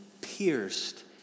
pierced